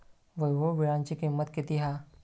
वैभव वीळ्याची किंमत किती हा?